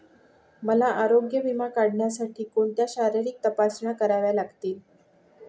मला आरोग्य विमा काढण्यासाठी कोणत्या शारीरिक तपासण्या कराव्या लागतील?